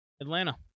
Atlanta